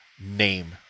name